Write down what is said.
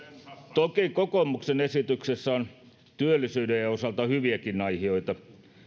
toki kokoomuksen esityksessä on työllisyyden osalta hyviäkin aihioita